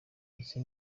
ese